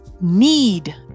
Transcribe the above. need